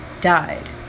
died